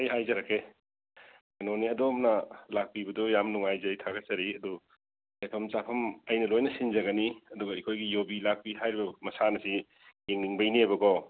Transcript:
ꯑꯩ ꯍꯥꯏꯖꯔꯛꯀꯦ ꯀꯩꯅꯣꯅꯤ ꯑꯗꯣꯝꯅ ꯂꯥꯛꯄꯤꯕꯗꯨ ꯌꯥꯝ ꯅꯨꯡꯉꯥꯏꯖꯩ ꯊꯥꯒꯠꯆꯔꯤ ꯑꯗꯨ ꯂꯩꯐꯝ ꯆꯥꯐꯝ ꯑꯩꯅ ꯂꯣꯏꯅ ꯁꯤꯟꯖꯒꯅꯤ ꯑꯗꯨꯒ ꯑꯩꯈꯣꯏꯒꯤ ꯌꯨꯕꯤ ꯂꯥꯛꯄꯤ ꯍꯥꯏꯔꯤꯕ ꯃꯁꯥꯟꯅꯁꯤ ꯌꯦꯡꯅꯤꯡꯕꯩꯅꯦꯕꯀꯣ